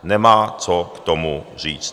Nemá co k tomu říct.